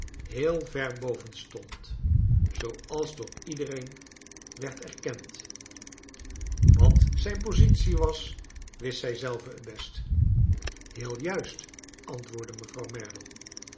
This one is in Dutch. heel ver boven stond zooals door iedereen werd erkend wat zijn positie was wist zij zelve het best heel juist antwoordde mevrouw merdle